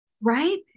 right